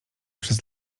przez